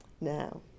now